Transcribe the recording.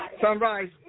Sunrise